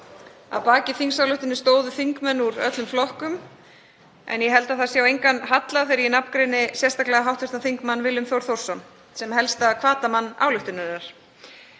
Að baki þingsályktuninni stóðu þingmenn úr öllum flokkum en ég held að það sé á engan hallað þegar ég nafngreini sérstaklega hv. þm. Willum Þór Þórsson sem helsta hvatamann ályktunarinnar.